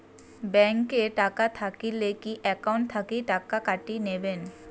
Bank এ টাকা থাকিলে কি একাউন্ট থাকি টাকা কাটি নিবেন?